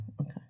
okay